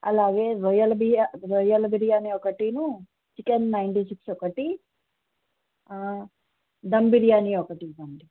అలాగే రోయ్యల బియా రొయ్యల బిర్యానీ ఒకటిను చికెన్ నైన్టీ సిక్స్ ఒకటి దమ్ బిర్యానీ ఒకటి ఇవ్వండి